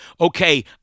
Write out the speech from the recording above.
okay